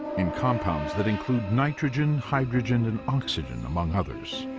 in compounds that include nitrogen, hydrogen and oxygen, among others.